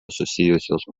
susijusios